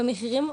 במחירים,